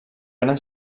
gran